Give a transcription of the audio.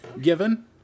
given